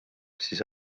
siis